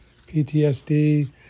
PTSD